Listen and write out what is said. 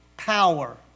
Power